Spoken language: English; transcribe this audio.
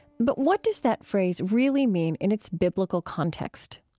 but what does that phrase really mean in its biblical context?